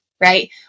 right